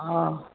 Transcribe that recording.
অঁ